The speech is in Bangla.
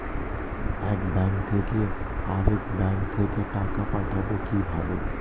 এক ব্যাংক থেকে আরেক ব্যাংকে টাকা পাঠাবো কিভাবে?